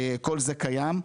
כל זה קיים.